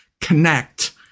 connect